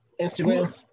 instagram